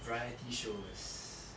variety shows